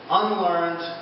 unlearned